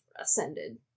ascended